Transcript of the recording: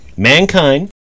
Mankind